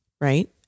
right